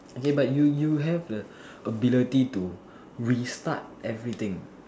okay but you you have the ability to restart everything